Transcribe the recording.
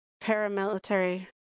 paramilitary